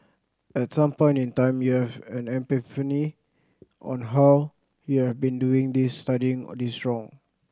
at some point in time you have an epiphany on how you have been doing this studying this wrong